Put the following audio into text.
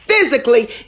physically